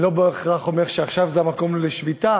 אני לא בהכרח אומר שעכשיו זה המקום לשביתה,